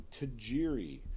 Tajiri